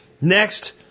next